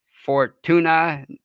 fortuna